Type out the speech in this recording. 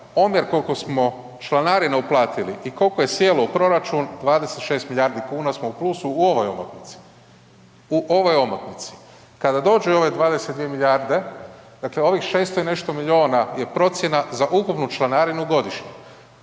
omjer koliko smo članarine uplatili i koliko je sjelo u proračun, 26 milijardi kuna smo u plusu u ovoj omotnici, u ovoj omotnici. Kada dođu i ove 22 milijarde, dakle ovih 600 i nešto milijuna je procjena za ukupnu članarinu godišnje.